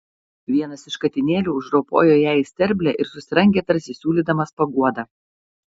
vienas iš katinėlių užropojo jai į sterblę ir susirangė tarsi siūlydamas paguodą